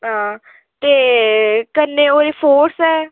हां ते कन्नै ओह् रिसोर्स ऐ